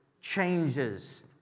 changes